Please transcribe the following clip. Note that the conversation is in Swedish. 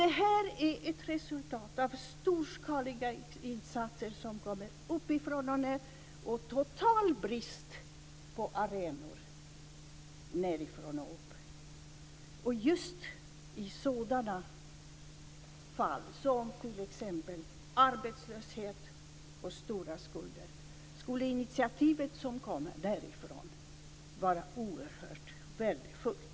Detta är ett resultat av storskaliga insatser som kommer uppifrån och av en total brist på arenor för kommunikation nedifrån och upp. Just när det gäller arbetslöshet och stora skulder skulle initiativ som kommer nedifrån vara oerhört värdefulla.